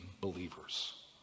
believers